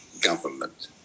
government